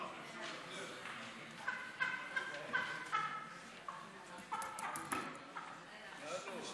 תודה